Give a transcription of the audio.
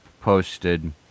posted